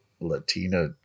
Latina